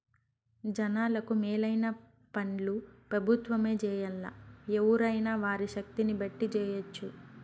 జనాలకు మేలైన పన్లు పెబుత్వమే జెయ్యాల్లా, ఎవ్వురైనా వారి శక్తిని బట్టి జెయ్యెచ్చు